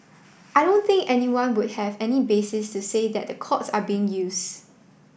I don't think anyone would have any basis to say that the courts are being use